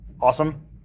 awesome